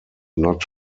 not